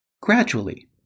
gradually